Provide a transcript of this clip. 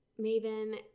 Maven